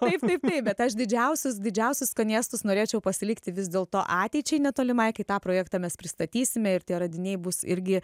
taip taip taip bet aš didžiausius didžiausius skanėstus norėčiau pasilikti vis dėlto ateičiai netolimai kai tą projektą mes pristatysime ir tie radiniai bus irgi